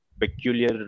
peculiar